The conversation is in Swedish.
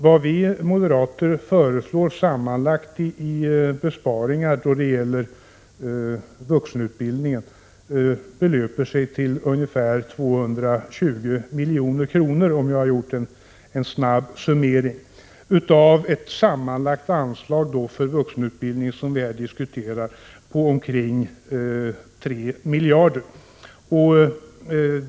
Vad vi moderater föreslår sammanlagt i besparingar då det gäller vuxenutbildningen belöper sig, om jag har gjort en korrekt snabb summering, till ungefär 220 milj.kr. av det sammanlagda anslag för vuxenutbildningen som vi här diskuterar på omkring 3 miljarder kronor.